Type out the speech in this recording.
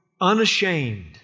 unashamed